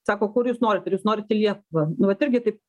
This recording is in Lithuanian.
sako kur jūs norit ar jūs norit į lietuvą nu vat irgi taip